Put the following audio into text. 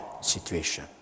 situation